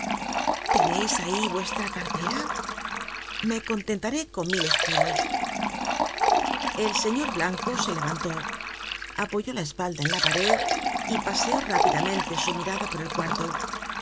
teneis ahí vuestra cartera me contentaré con mil escudos el señor blanco se levantó apoyó la espalda en la pared y paseó rápidamente su mirada por el cuarto